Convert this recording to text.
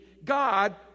God